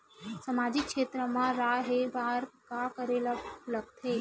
सामाजिक क्षेत्र मा रा हे बार का करे ला लग थे